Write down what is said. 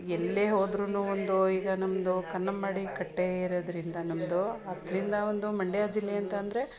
ಎಲ್ಲೇ ಹೋದ್ರೂನು ಒಂದು ಈಗ ನಮ್ಮದು ಕನ್ನಂಬಾಡಿ ಕಟ್ಟೆ ಇರೋದ್ರಿಂದ ನಮ್ಮದು ಅದರಿಂದ ಒಂದು ಮಂಡ್ಯ ಜಿಲ್ಲೆ ಅಂತ ಅಂದ್ರೆ